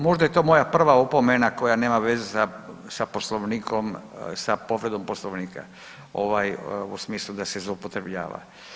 Možda je to moja prva opomena koja nema veze sa Poslovnikom, sa povredom Poslovnika u smislu da se zloupotrebljava.